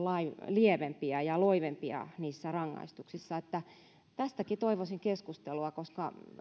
lievempiä ja loivempia niissä rangaistuksissa tästäkin toivoisin keskustelua koska